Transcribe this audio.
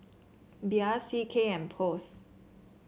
Bia C K and Post